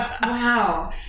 Wow